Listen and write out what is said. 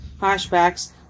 flashbacks